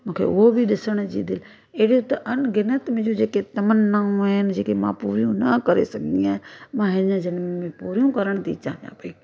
मूंखे उहो बि ॾिसण जी दिलि एड़ियूं त अनगिनत मुंहिंजी तमनाऊं आहिनि जेके मां पूरी न करे सघी आहियां मां हिन ॼनम में पूरियूं करण थी चाहियां पई